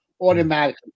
automatically